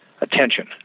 attention